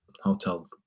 hotel